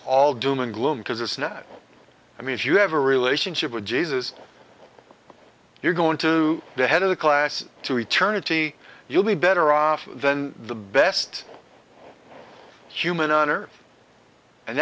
all doom and gloom because it's not i mean if you have a relationship with jesus you're going to the head of the class to eternity you'll be better off than the best human hon